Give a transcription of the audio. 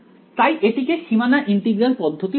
তাই এটিকে সীমানা ইন্টিগ্রাল পদ্ধতি বলা হয়